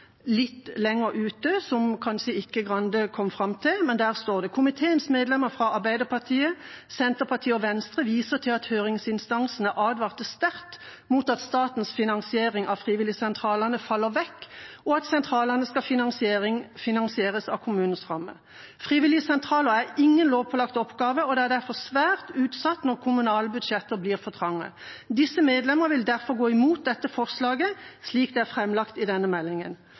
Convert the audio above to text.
litt lenger ut i den samme innstillingen, som Skei Grande ikke kom fram til, står det: «Komiteens medlemmer fra Arbeiderpartiet, Senterpartiet og Venstre i viser til at høringsinstansene advarte sterkt mot at statens finansiering av frivilligsentralene faller vekk og at sentralene skal finansieres av kommunenes ramme. Frivilligsentraler er ingen lovpålagt oppgave og er derfor svært utsatt når kommunale budsjetter blir for trange. Disse medlemmer vil derfor gå imot dette forslaget slik det er framlagt i denne meldingen.»